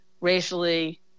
racially